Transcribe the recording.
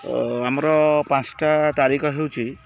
ଓ ଆମର ପାଞ୍ଚଟା ତାରିଖ ହେଉଛି